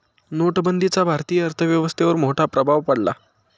नोटबंदीचा भारतीय अर्थव्यवस्थेवर मोठा प्रभाव पडला